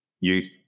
youth